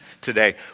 today